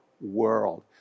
world